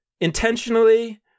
intentionally